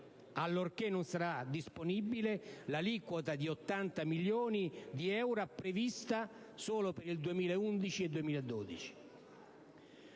allorché non sarà disponibile l'aliquota di 80 milioni di euro, prevista solo per il 2011 e il 2012.